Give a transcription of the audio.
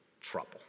trouble